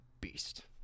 beast